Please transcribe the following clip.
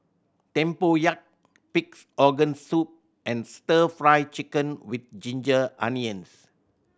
tempoyak Pig's Organ Soup and Stir Fry Chicken with ginger onions